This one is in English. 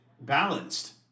balanced